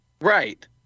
Right